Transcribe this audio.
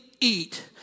eat